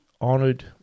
honored